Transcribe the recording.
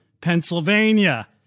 Pennsylvania